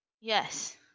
Yes